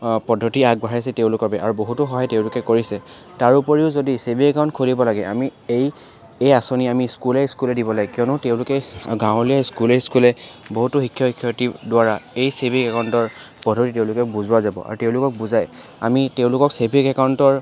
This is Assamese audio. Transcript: পদ্ধতি আগবঢ়ইাছে তেওঁলোকৰ বাবে আৰু বহুতো সহায় তেওঁলোকে কৰিছে তাৰোপৰিও যদি ছেভিং একাউণ্ট খুলিব লাগে আমি এই এই আঁচনি আমি স্কুলে স্কুলে দিব লাগে কিয়নো তেওঁলোকে গাৱলীয়া স্কুলে স্কুলে বহুতো শিক্ষক শিক্ষয়িত্ৰীৰ দ্বাৰা এই ছেভিং একাউণ্টৰ পদ্ধতি তেওঁলোকে বুজোৱা যাব আৰু তেওঁলোকক বুজাই আমি তেওঁলোকক ছেভিং একাউণ্টৰ